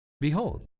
Behold